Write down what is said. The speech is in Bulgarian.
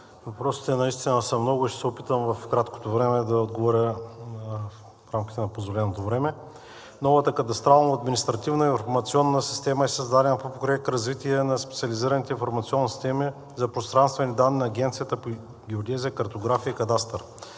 въпросите наистина са много и ще се опитам в краткото време да отговоря в рамките на позволеното време. Новата кадастрално-административна информационна система е създадена по Проект „Развитие на специализираните информационни системи за пространствени данни“ на Агенцията по геодезия, картография и кадастър.